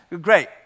Great